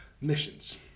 missions